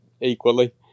equally